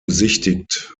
besichtigt